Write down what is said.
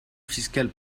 fiscal